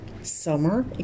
Summer